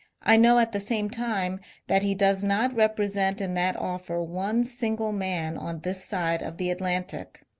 i know at the same time that he does not represent in that offer one single man on this side of the atlantic.